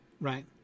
Right